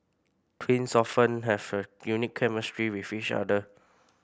twins often have a unique chemistry with each other